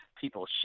people